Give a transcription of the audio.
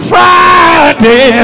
Friday